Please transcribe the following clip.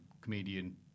comedian